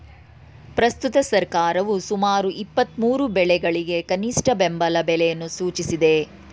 ಪ್ರಸ್ತುತ ಸರ್ಕಾರವು ಸುಮಾರು ಇಪ್ಪತ್ಮೂರು ಬೆಳೆಗಳಿಗೆ ಕನಿಷ್ಠ ಬೆಂಬಲ ಬೆಲೆಯನ್ನು ಸೂಚಿಸಿದೆ